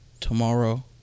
Tomorrow